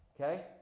okay